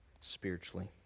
spiritually